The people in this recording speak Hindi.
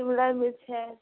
शिमला मिर्च है